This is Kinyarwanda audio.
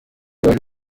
yaje